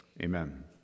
Amen